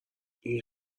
این